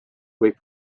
võib